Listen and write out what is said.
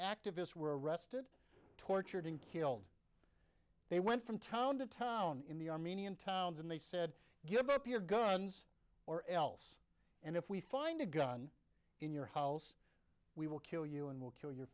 activists were arrested tortured and killed they went from town to town in the armenian towns and they said give up your guns or else and if we find a gun in your house we will kill you and we'll kill